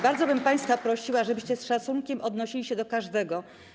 Bardzo bym państwa prosiła, żebyście z szacunkiem odnosili się do każdego.